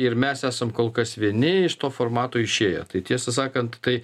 ir mes esam kol kas vieni iš to formato išėję tai tiesą sakant tai